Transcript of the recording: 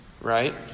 right